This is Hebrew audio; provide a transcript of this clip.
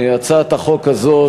הצעת החוק הזאת,